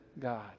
God